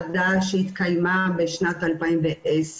הכול בשנת 2015 היו 5,321 אנשים שהתקבלו עם תחלואה כפולה.